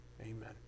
Amen